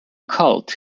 cult